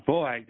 Boy